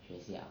学校